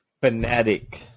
Fanatic